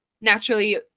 naturally